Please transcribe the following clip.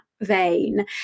vein